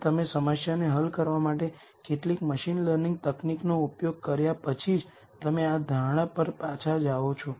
તેથી ત્યાં n r non શૂન્ય આઇગન વૅલ્યુઝ હશે